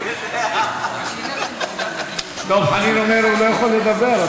דב חנין אומר שהוא לא יכול לדבר.